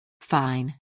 Fine